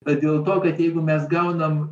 ar dėl to kad jeigu mes gaunam